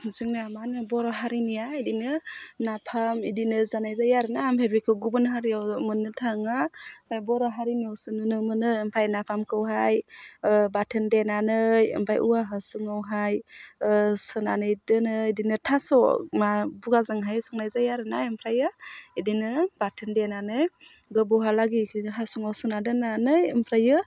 जोंना मा होनो बर' हारिनिया बिदिनो नाफाम बिदिनो जानाय जायो आरो ना ओमफ्राय बेखौ गुबुन हारियाव मोननो थाङा बर' हारिनियावसो नुनो मोनो ओमफ्राय नाफामखौहाय बाथोन देनानै ओमफ्राय औवा हासुङावहाय सोनानै दोनो बिदिनो थास' मा बुगाजोंहाय संनाय जायो आरो ना ओमफ्रायो इदिनो बाथोन देनानै गोबावहालागै बिदिनो हासुङाव सोना दोननानै ओमफ्रायो